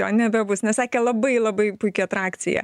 jo nebebus nes sakė labai labai puiki atrakcija